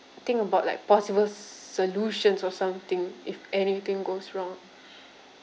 think about like possible solutions or something if anything goes wrong